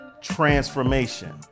Transformation